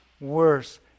worse